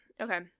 Okay